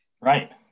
Right